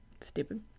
Stupid